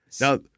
Now